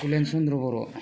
Helen चन्द्र बर'